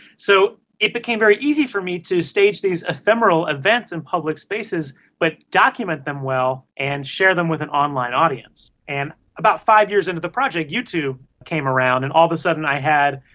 so, it became very easy for me to stage these ephemeral events in public spaces but document them well and share them with an online audience. and about five years into the project, youtube came around and all of a sudden i had,